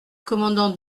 commandant